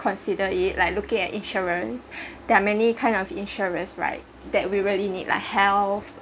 consider it like looking at insurance there are many kind of insurance right that we really need like health